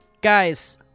Guys